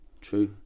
True